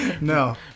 No